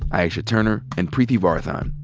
aisha turner and preeti varathan.